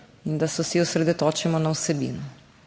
in da se vsi osredotočimo na vsebino.